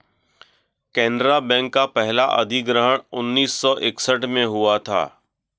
Canara bank का पहला अधिग्रहण उन्नीस सौ इकसठ में हुआ था